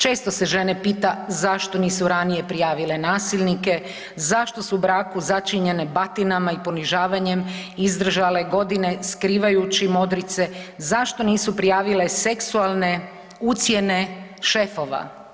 Često se žene pita zašto nisu ranije prijavile nasilnike, zašto su u braku začinjene batinama i ponižavanjem izdržale godine skrivajući modrice, zašto nisu prijavile seksualne ucjene šefova.